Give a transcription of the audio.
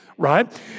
right